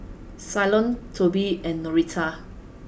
Ceylon Toby and Norita